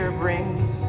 brings